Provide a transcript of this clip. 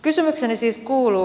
kysymykseni siis kuuluu